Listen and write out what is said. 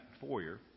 foyer